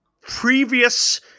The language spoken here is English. previous